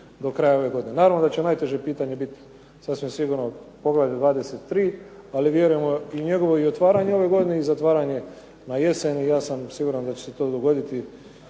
do kraja ove godine. Naravno da će najteže pitanje biti sasvim sigurno poglavlje 23. ali vjerujemo i u njegovo otvaranje ove godine i zatvaranje na jesen. I ja sam siguran da će se to dogoditi.